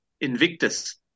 Invictus